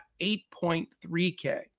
8.3k